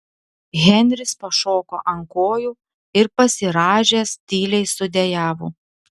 henris pašoko ant kojų ir pasirąžęs tyliai sudejavo